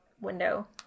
window